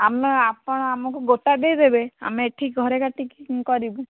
ଆମେ ଆପଣ ଆମକୁ ଗୋଟା ଦେଇଦେବେ ଆମେ ଏଇଠି ଘରେ କାଟିକି କରିବୁ